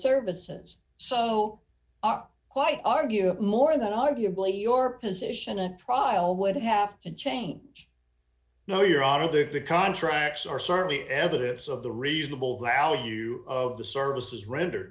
services so up why argue more that arguably your position and probable would have to change no your honor the contracts are certainly evidence of the reasonable value of the services rendered